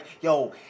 yo